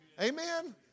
amen